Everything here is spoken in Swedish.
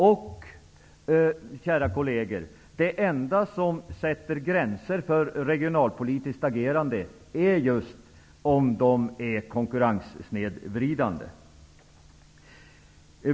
Det enda, kära kolleger, som sätter gränserna för regionalpolitiskt agerande är sådant som är konkurrenssnedvridande.